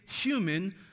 human